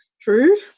true